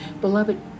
Beloved